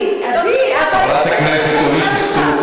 חברת הכנסת אורית סטרוק,